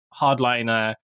hardliner